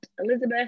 elizabeth